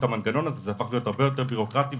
העניין הזה כדי שנהיה במצב שנקבל סעד מהרשות המחוקקת.